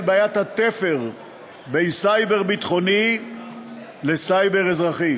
בעיית התפר בין סייבר ביטחוני לסייבר אזרחי,